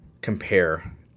compare